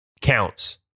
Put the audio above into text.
counts